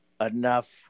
Enough